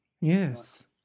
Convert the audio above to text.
Yes